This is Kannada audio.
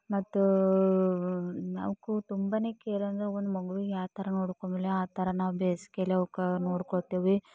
ಮತ್ತು ಅವಕ್ಕೂ ತುಂಬನೇ ಕೇರಾಗ ಒಂದು ಮಗುವಿಗೆ ಯಾವ್ತರ ನೋಡ್ಕೊಂಡಿಲ್ಲ ಆ ಥರ ನಾವು ಬೆಸಿಗೇಲಿ ಅವಕ್ಕೆ ನೋಡ್ಕೋತೀವಿ